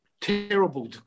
Terrible